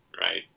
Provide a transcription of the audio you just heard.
right